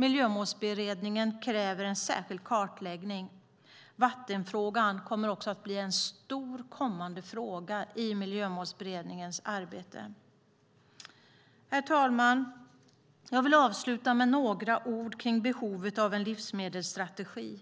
Miljömålsberedningen kräver en särskild kartläggning. Vatten kommer att bli en stor kommande fråga i Miljömålsberedningens arbete. Herr talman! Jag vill avsluta med några ord om behovet av en livsmedelsstrategi.